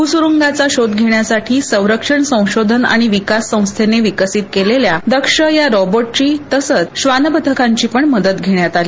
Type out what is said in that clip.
भूसुरुंगांचा शोध घेण्यासाठी संरक्षण संशोधन आणि विकास संस्थेने विकसित केलेल्या दक्ष या रोबोट ची तसंच श्वान पथकांची मदत घेण्यात आली